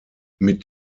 mit